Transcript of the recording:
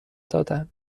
دادند